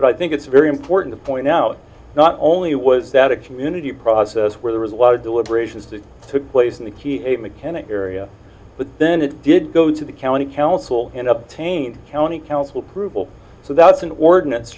but i think it's very important to point out not only was that a community process where there was a lot of deliberations that took place in the key a mechanic area but then it did go to the county council and obtain county council approval so that's an ordinance